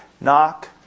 knock